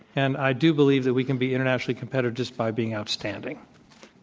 and i do believe that we can be internationallycompetitive just by being outstanding.